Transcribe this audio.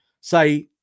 say